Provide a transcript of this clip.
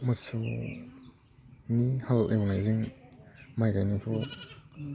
मोसौनि हाल एवनायजों माइ गायनायखौ